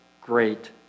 great